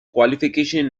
qualification